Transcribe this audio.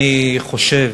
אני חושב,